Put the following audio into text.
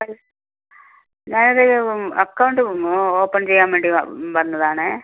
ഞാനതൊരു account open ചെയ്യാൻ വേണ്ടി വന്നതാണേ